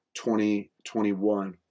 2021